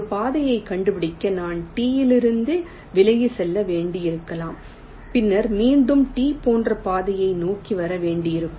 ஒரு பாதையைக் கண்டுபிடிக்க நான் T யிலிருந்து விலகிச் செல்ல வேண்டியிருக்கலாம் பின்னர் மீண்டும் T போன்ற பாதையை நோக்கி வர வேண்டியிருக்கும்